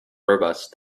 robust